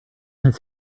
his